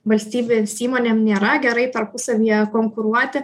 valstybės įmonėm nėra gerai tarpusavyje konkuruoti